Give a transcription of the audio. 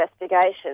investigation